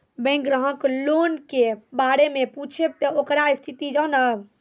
Bank ग्राहक loan के बारे मैं पुछेब ते ओकर स्थिति जॉनब?